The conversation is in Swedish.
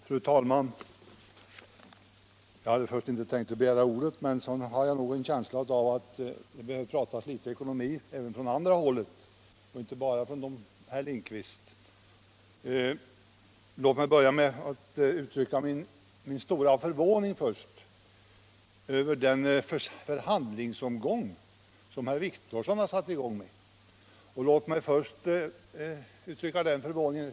Fru talman! Jag hade först inte tänkt begära ordet, men jag har en känsla av att det behöver pratas litet ekonomi även av företrädare för den andra sidan och inte bara av herr Lindkvist. Låt mig börja med att uttrycka min stora förvåning över den förhandlingsomgång som herr Wictorsson satte i gång och över de siffror han nämner.